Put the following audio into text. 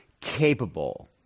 capable